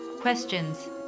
questions